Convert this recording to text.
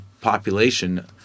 population